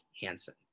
Hansen